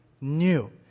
new